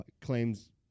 claims